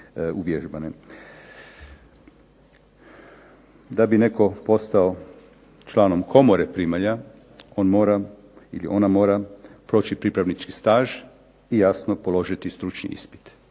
Da bi netko postao članom Komore primalja on mora ili ona mora proći pripravnički staž i jasno položiti stručni ispit.